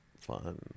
fun